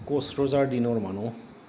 কোচ ৰজাৰ দিনৰ মানুহ